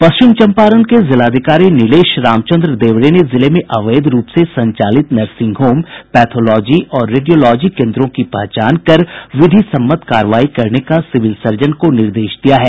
पश्चिम चंपारण के जिलाधिकारी निलेश रामचंद्र देवड़े ने जिले में अवैध रूप से संचालित नर्सिंग होम पैथोलॉजी और रेडियोलॉजी केन्द्रों की पहचान कर विधि सम्मत कार्रवाई करने का सिविल सर्जन को निर्देश दिया है